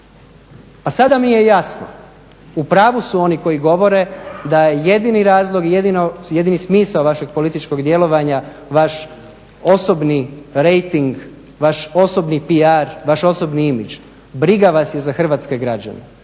A sada mi je jasno. U pravu su oni koji govore da je jedini razlog, jedini smisao vašeg političkog djelovanja vaš osobni rejting, vaš osobni PR, vaš osobni imidž. Briga vas i za hrvatske građane.